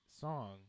song